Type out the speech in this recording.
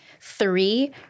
Three